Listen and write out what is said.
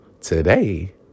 today